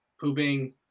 pooping